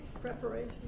Preparation